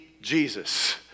Jesus